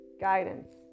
guidance